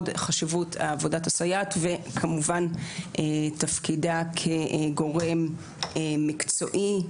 חשיבות עבודת הסייעת וכמובן תפקידה כגורם מקצועי,